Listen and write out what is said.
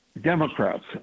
Democrats